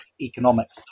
economics